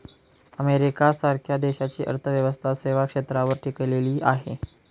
America सारख्या देशाची अर्थव्यवस्था सेवा क्षेत्रावर टिकलेली आहे